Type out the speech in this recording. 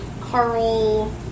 Carl